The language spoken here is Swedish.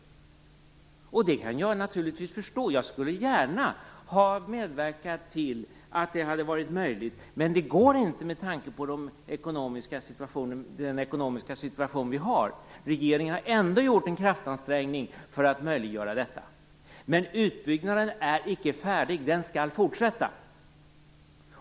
Det kan jag naturligtvis förstå. Jag skulle gärna ha medverkat till att det hade varit möjligt. Men det går inte med tanke på den ekonomiska situation som vi har. Regeringen har ändå gjort en kraftansträngning för att möjliggöra detta. Men utbyggnaden är icke färdig. Den skall fortsätta.